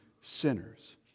sinners